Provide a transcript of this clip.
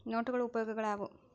ನೋಟುಗಳ ಉಪಯೋಗಾಳ್ಯಾವ್ಯಾವು?